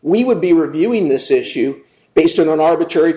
we would be reviewing this issue based on an arbitrary